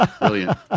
Brilliant